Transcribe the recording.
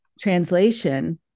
translation